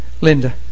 Linda